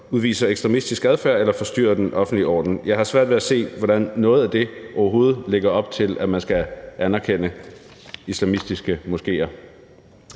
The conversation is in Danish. udviser ekstremistisk adfærd eller forstyrrer den offentlige orden. Jeg har svært ved at se, hvordan noget af det overhovedet lægger op til, at man skal anerkende islamistiske moskéer.